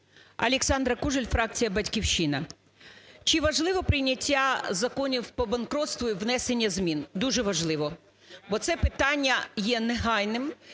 Олександра Кужель, фракція "Батьківщина". Чи важливо прийняття законів по банкрутству і внесення змін? Дуже важливо, бо це питання є негайним.